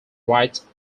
rights